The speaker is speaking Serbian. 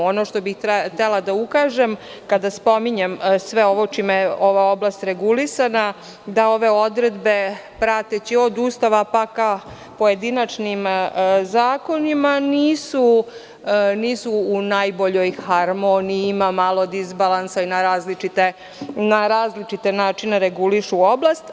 Ono što bih htela da ukažem kada, spominjem sve ovo čime ova oblast regulisana, da ove odredbe prateći od Ustava, pa ka pojedinačnim zakonima, nisu u najboljoj harmoniji, ima malo dizbalansa i na različite načine regulišu oblast.